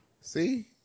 See